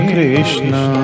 Krishna